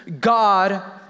God